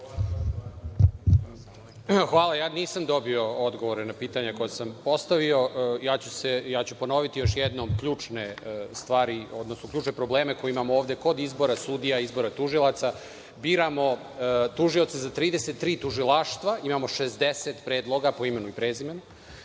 Hvala. Nisam dobio odgovore na pitanja koja sam postavio. Ponoviću još jednom ključne stvari, odnosno ključne probleme koje imamo ovde kod izbora sudija, izbora tužilaca. Biramo tužioce za 33 tužilaštva. Imamo 60 predloga po imenu i prezimenu.